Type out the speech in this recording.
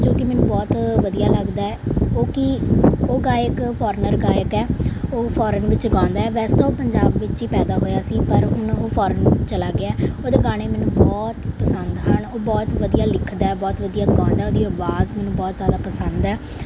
ਜੋ ਕਿ ਮੈਨੂੰ ਬਹੁਤ ਵਧੀਆ ਲੱਗਦਾ ਉਹ ਕਿ ਉਹ ਗਾਇਕ ਫ਼ੋਰਨਰ ਗਾਇਕ ਹੈ ਉਹ ਫੋਰਨ ਵਿੱਚ ਗਾਉਂਦਾ ਹੈ ਵੈਸੇ ਤਾਂ ਉਹ ਪੰਜਾਬ ਵਿੱਚ ਹੀ ਪੈਦਾ ਹੋਇਆ ਸੀ ਪਰ ਹੁਣ ਉਹ ਫ਼ੋਰਨ ਚਲਾ ਗਿਆ ਉਹਦੇ ਗਾਣੇ ਮੈਨੂੰ ਬਹੁਤ ਪਸੰਦ ਹਨ ਉਹ ਬਹੁਤ ਵਧੀਆ ਲਿਖਦਾ ਬਹੁਤ ਵਧੀਆ ਗਾਉਂਦਾ ਉਹਦੀ ਆਵਾਜ਼ ਮੈਨੂੰ ਬਹੁਤ ਜ਼ਿਆਦਾ ਪਸੰਦ ਆ